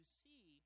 see